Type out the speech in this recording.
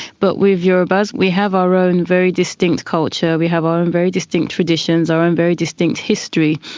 but with urhobos, we have our own very distinct culture we have our own very distinct traditions, our own very distinct history.